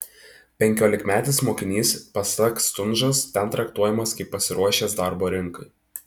penkiolikmetis mokinys pasak stundžos ten traktuojamas kaip pasiruošęs darbo rinkai